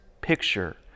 picture